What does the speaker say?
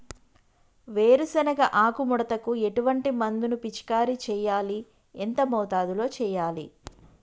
వేరుశెనగ ఆకు ముడతకు ఎటువంటి మందును పిచికారీ చెయ్యాలి? ఎంత మోతాదులో చెయ్యాలి?